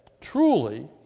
truly